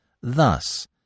Thus